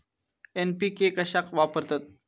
NPK कशाक वापरतत?